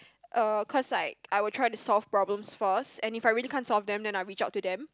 uh cause like I would try to solve problems first and if I really can't solve them then I reach out to them